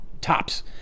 tops